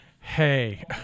hey